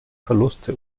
verluste